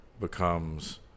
becomes